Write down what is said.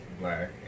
black